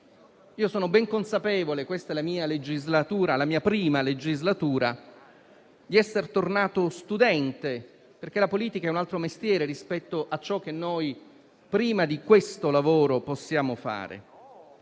Sono ben consapevole - questa è la mia prima legislatura - di essere tornato studente, perché la politica è un altro mestiere rispetto a ciò che possiamo fare prima di questo lavoro, però